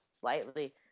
slightly